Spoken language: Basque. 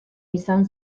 izan